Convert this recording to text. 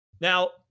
Now